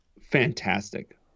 fantastic